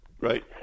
Right